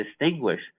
distinguish